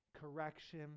correction